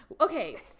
Okay